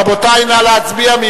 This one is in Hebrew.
רבותי, נא להצביע.